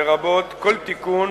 לרבות כל תיקון